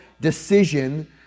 decision